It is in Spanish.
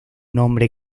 nombre